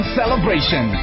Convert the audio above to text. celebration